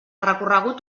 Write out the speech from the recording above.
recorregut